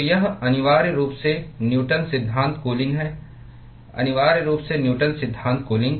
तो यह अनिवार्य रूप से न्यूटन सिद्धांत कूलिंग है अनिवार्य रूप से न्यूटन सिद्धांत कूलिंग